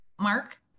mark